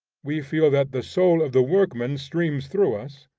we feel that the soul of the workman streams through us,